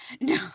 no